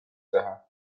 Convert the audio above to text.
teha